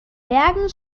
bergen